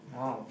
!wow!